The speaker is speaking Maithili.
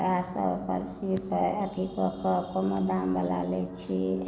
इएहसभ अपन अथी कऽ कऽ कमे दामवला लैत छियै